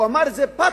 הוא אמר את זה בפתוס.